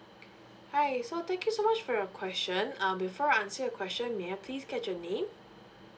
hi so thank you so much for your question um before I answer your question may I please get your name